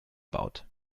baut